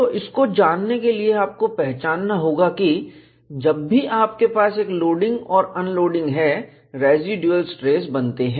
तो इसको जानने के लिए आपको पहचानना होगा कि जब भी आपके पास एक लोडिंग और अनलोडिंग है रेसीडुएल स्ट्रेस बनते हैं